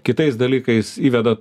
kitais dalykais įveda